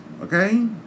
Okay